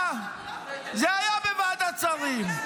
זה היה בוועדת השרים.